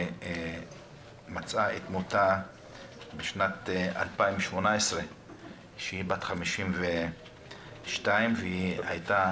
שמצאה את מותה בשנת 2018 כשהיא בת 52. היא הייתה